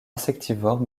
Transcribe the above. insectivore